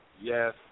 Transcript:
yes